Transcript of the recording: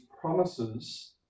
promises